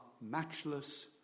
matchless